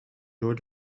door